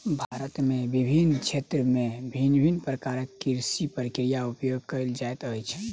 भारत में विभिन्न क्षेत्र में भिन्न भिन्न प्रकारक कृषि प्रक्रियाक उपयोग कएल जाइत अछि